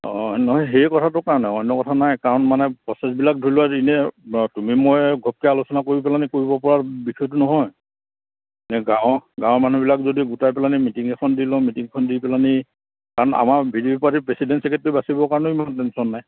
অঁ নহয় সেই কথাটোৰ কাৰণে অন্য কথা নাই কাৰণ মানে প্ৰচেছবিলাক ধৰি লোৱা এনে তুমি মই ঘপকৈ আলোচনা কৰি পেলাইনি কৰিবপৰা বিষয়টো নহয় এনে গাঁৱৰ গাঁৱৰ মানুহবিলাক যদি গোটাই পেলাইনি মিটিং এখন দি লওঁ মিটিং এখন দি পেলাইনি কাৰণ আমাৰ ভি ডি পি পাৰ্টিৰ প্ৰেচিডেণ্ট চেক্ৰেটৰী বাচিবৰ কাৰণেও ইমান টেনশ্যন নাই